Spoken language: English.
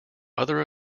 other